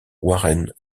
warren